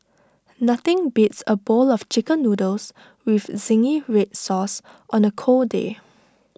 nothing beats A bowl of Chicken Noodles with Zingy Red Sauce on A cold day